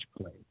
play